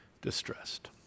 distressed